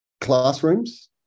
Classrooms